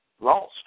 lost